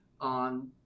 on